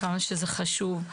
כמה שזה חשוב.